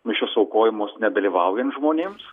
mišios aukojamos nedalyvaujant žmonėms